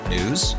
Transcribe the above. News